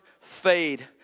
fade